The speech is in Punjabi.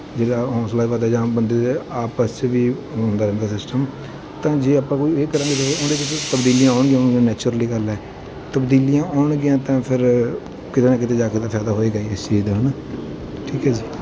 ਜਿਹੜਾ ਹੌਂਸਲਾ ਵੱਧਦਾ ਜਾਂ ਆਮ ਬੰਦੇ ਦੇ ਆਪਸ 'ਚ ਵੀ ਉਹ ਹੁੰਦਾ ਰਹਿੰਦਾ ਸਿਸਟਮ ਤਾਂ ਜੇ ਆਪਾਂ ਕੋਈ ਇਹ ਕਰਾਂਗੇ ਉਹਦੇ ਵਿੱਚ ਤਬਦੀਲੀਆਂ ਆਉਣਗੀਆਂ ਆਉਣਗੀਆਂ ਨੈਚਰਲੀ ਗੱਲ ਹੈ ਤਬਦੀਲੀਆਂ ਆਉਂਣਗੀਆਂ ਤਾਂ ਫਿਰ ਕਿਤੇ ਨਾ ਕਿਤੇ ਜਾ ਕੇ ਉਹਦਾ ਫ਼ਾਇਦਾ ਹੋਵੇਗਾ ਹੀ ਇਸ ਚੀਜ਼ ਦਾ ਹੈ ਨਾ ਠੀਕ ਹੈ ਜੀ